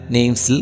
Names